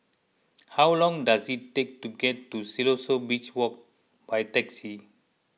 how long does it take to get to Siloso Beach Walk by taxi